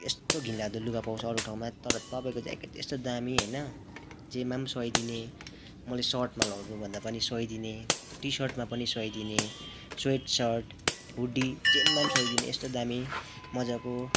यस्तो घिनलाग्दो लुगा पाउँछ अरू ठाउँमा तर तपाईँको ज्याकेट यस्तो दामी होइन जेमा पनि सुहाइदिने मैले सर्टमा लाउनु भन्दा पनि सुहाइदिने टी सर्टमा पनि सुहाइदिने स्वेट सर्ट हुडी जेमा पनि सुहाइदिने यस्तो दामी मजाको